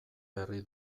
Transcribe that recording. berri